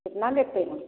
कितना लेते हैं